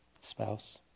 spouse